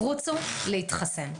רוצו להתחסן.